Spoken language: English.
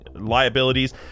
liabilities